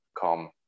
come